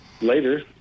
later